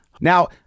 Now